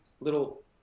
little